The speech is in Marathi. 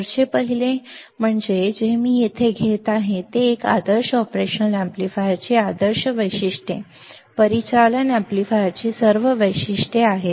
वरचे पहिले म्हणजे हे जे मी येथे घेत आहे ते ही एक आदर्श ऑपरेशनल अॅम्प्लीफायरची आदर्श वैशिष्ट्यपूर्ण परिचालन एम्पलीफायरची सर्व वैशिष्ट्ये आहेत